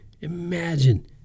Imagine